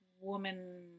woman